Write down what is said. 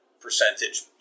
percentage